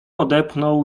odepchnął